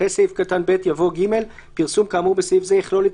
אחרי סעיף קטן (ב) יבוא: "(ג) פרסום כאמור בסעיף זה יכלול את